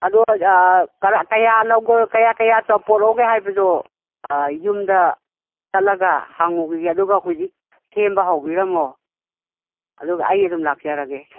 ꯑꯗꯣ ꯀꯌꯥ ꯂꯧꯒꯦ ꯀꯌꯥ ꯀꯌꯥ ꯄꯨꯔꯛꯎꯒꯦ ꯍꯥꯏꯗꯣ ꯌꯨꯝꯗ ꯆꯠꯂꯒ ꯍꯪꯂꯨꯈꯤꯒꯦ ꯑꯗꯨꯒ ꯍꯧꯖꯤꯛ ꯁꯦꯝꯕ ꯍꯧꯕꯤꯔꯝꯃꯣ ꯑꯗꯨꯒ ꯑꯩ ꯑꯗꯨꯝ ꯂꯥꯛꯆꯔꯒꯦ